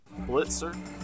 Blitzer